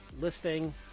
listing